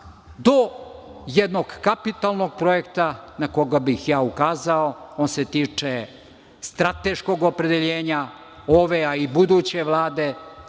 do jednog kapitalnog projekta na koga bih ja ukazao a on se tiče strateškog opredeljenja ove a i buduće Vlade,